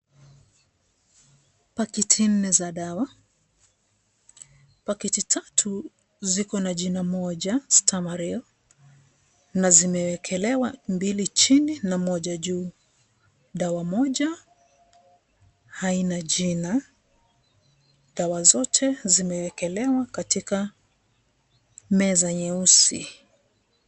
Pakiti nne za dawa. Pakiti tatu ziko na jina moja stamaril, na zime wekelewa mbili chini na moja juu, dawa moja haina jina. Dawa zote zimewekelewa katika meza nyeusi.